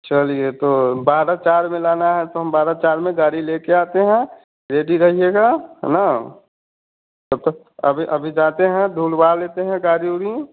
चलिए तो बारा चार में लाना है तो हम बारा चार में गाड़ी लेकर आते हैं रेडी रहिएगा है ना तब तक अभी अभी जाते हैं धुलवा लेते हैं गाड़ी ओड़ी